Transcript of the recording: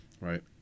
Right